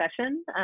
session